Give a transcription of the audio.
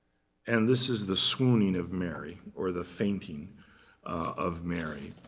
and this is the swooning of mary, or the fainting of mary.